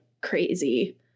crazy